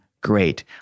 great